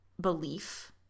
belief